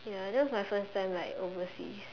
ya that was my first time like overseas